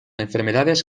enfermedades